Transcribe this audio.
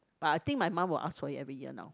but I think my mom will ask for it every year now